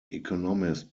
economist